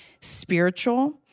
spiritual